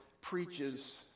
preaches